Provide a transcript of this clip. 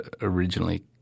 originally